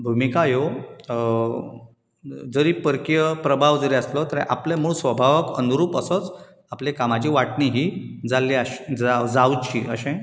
भुमिका ह्यो जरी परकीय प्रभाव जरी आसलो तरी आपल्या मूळ स्वभावाक अनुरूप असोच आपले कामाची वांटणी ही जाल्ली आसच जाव जावची अशें